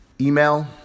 email